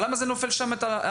למה זה נופל על ההורים?